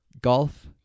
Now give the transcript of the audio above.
Golf